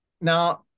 Now